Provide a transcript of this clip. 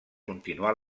continuar